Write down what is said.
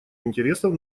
интересов